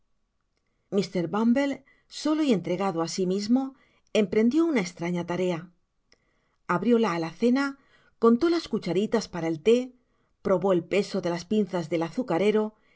mr bumble solo y entregado á si mismo emprendió una tarea estraña abrió la alacena contó las cucharitas para el thé probó el peso de las pinzas del azucarero